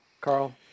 Carl